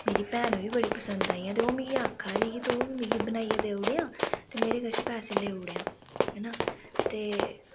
मेरी भैन बी बड़ियां पसंद आइयां ते ओह् मिगी आखा दी ही तूं बी मिगी बनाइयै देई ओड़ेआं ते मेरे कशा पैसे लेई ओड़ेआं